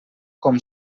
com